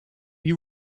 you